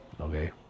okay